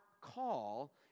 call